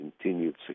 continued